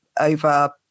over